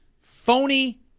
Phony